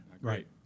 Right